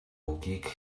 үгийг